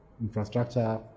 infrastructure